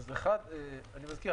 דבר אחד אני מזכיר,